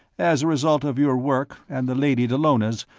as a result of your work and the lady dallona's,